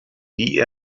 die